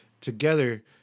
together